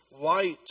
light